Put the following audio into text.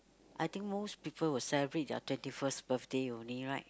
I think most people will celebrate their twenty first birthday only right